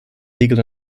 legal